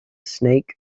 snake